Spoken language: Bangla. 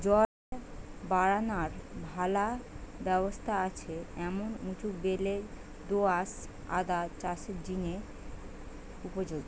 জল বারানার ভালা ব্যবস্থা আছে এমন উঁচু বেলে দো আঁশ আদা চাষের জিনে উপযোগী